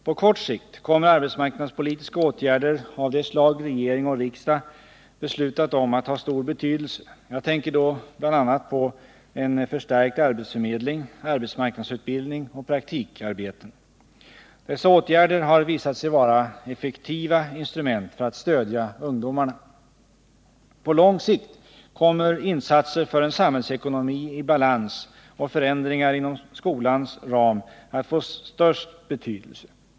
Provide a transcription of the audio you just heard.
På kort sikt kommer arbetsmarknadspolitiska åtgärder av det slag regering och riksdag beslutat om att ha stor betydelse. Jag tänker då bl.a. på en förstärkt arbetsförmedling, arbetsmarknadsutbildning och praktikarbeten. Dessa åtgärder har visat sig vara effektiva instrument för att stödja ungdomarna. På lång sikt kommer insatser för en samhällsekonomi i balans och förändringar inom skolans ram att få störst betydelse.